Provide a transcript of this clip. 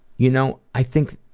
you know, i think.